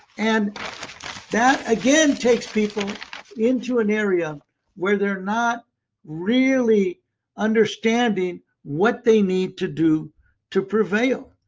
and that again takes people into an area where they are not really understanding what they need to do to prevail.